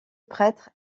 prêtre